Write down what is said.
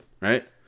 right